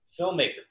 filmmakers